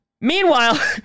Meanwhile